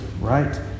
right